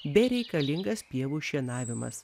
bereikalingas pievų šienavimas